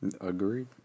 Agreed